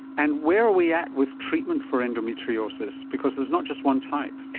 and where are we at with treatment for endometriosis? because there is not just one type.